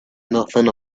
nothing